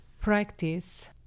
practice